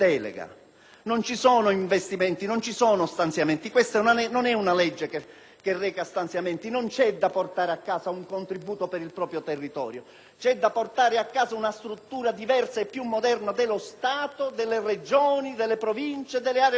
che reca stanziamenti; non c'è da portare a casa un contributo per il proprio territorio. C'è da portare a casa una struttura diversa e più moderna delloStato, delle Regioni, delle Province e delle aree metropolitane. Lo abbiamo fatto pensando ai Comuni, da quelli di montagna a quelli di confine;